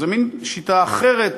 זה מין שיטה אחרת